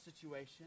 situation